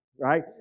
right